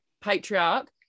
patriarch